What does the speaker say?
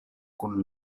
kun